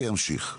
זה ימשיך.